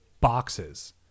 boxes